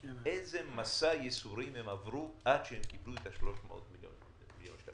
ואיזה מסע ייסורים הם עברו עד שהם קיבלו 300 מיליון שקל.